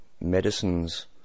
medicines